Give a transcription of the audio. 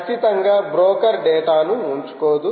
ఖచ్చితంగా బ్రోకర్ డేటాను ఉంచుకోదు